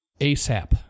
ASAP